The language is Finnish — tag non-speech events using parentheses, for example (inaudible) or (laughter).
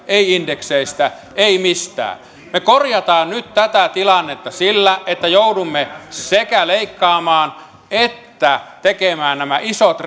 ei indekseistä ei mistään me korjaamme nyt tätä tilannetta sillä että joudumme sekä leikkaamaan että tekemään nämä isot (unintelligible)